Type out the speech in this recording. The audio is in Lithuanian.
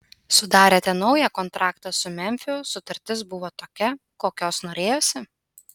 sudarėte naują kontraktą su memfiu sutartis buvo tokia kokios norėjosi